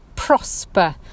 Prosper